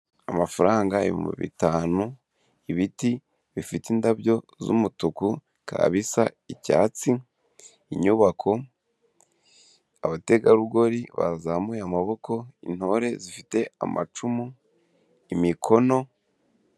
Amafaranga ibihumbi bitanu, ibiti bifite indabyo z'umutuku bikaba bisa icyatsi inyubako abategarugori bazamuye amaboko intore zifite amacumu imikono.